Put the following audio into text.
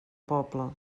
poble